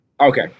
Okay